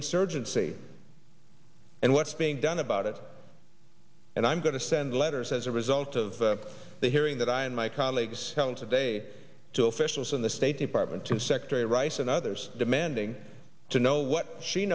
insurgency and what's being done about it and i'm going to send letters as a result of the hearing that i and my colleagues found today to officials in the state department to secretary rice and others demanding to know what she